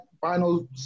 final